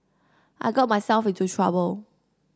I got myself into trouble